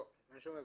לא, אין שום הבדל.